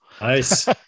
Nice